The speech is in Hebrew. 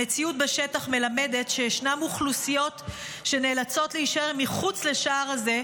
המציאות בשטח מלמדת שיש אוכלוסיות שנאלצות להישאר מחוץ לשער הזה,